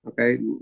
okay